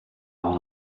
won